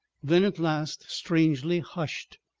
then at last, strangely hushed,